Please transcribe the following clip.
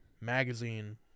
magazine